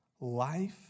life